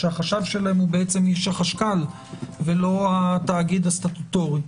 שהחשב שלהם הוא איש החשכ"ל ולא התאגיד הסטטוטורי,